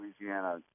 Louisiana